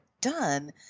done